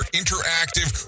interactive